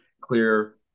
clear